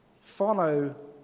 Follow